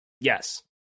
Yes